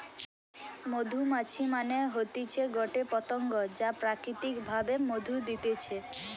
মধুমাছি মানে হতিছে গটে পতঙ্গ যা প্রাকৃতিক ভাবে মধু দিতেছে